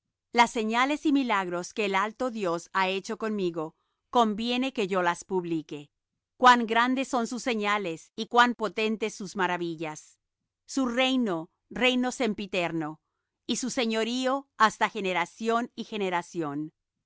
las señales y milagros que el alto dios ha hecho conmigo conviene que yo las publique cuán grandes son sus señales y cuán potentes sus maravillas su reino reino sempiterno y su señorío hasta generación y generación